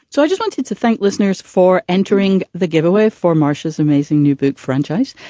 so i just wanted to thank listeners for entering the giveaway for marcia's amazing new book franchise.